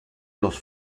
los